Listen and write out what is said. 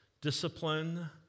discipline